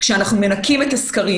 אלה שתי הזרועות,